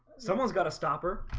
someone's got a stopper.